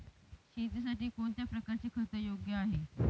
शेतीसाठी कोणत्या प्रकारचे खत योग्य आहे?